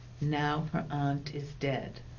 now her aunt is dead